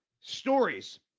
stories